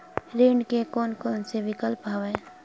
ऋण के कोन कोन से विकल्प हवय?